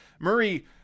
Murray